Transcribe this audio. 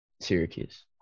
Syracuse